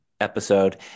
episode